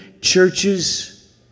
churches